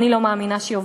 אני לא מאמינה שהיא עובדת,